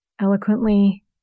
eloquently